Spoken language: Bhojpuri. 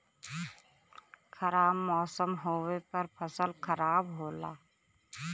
खराब मौसम होवे पर फसल खराब होला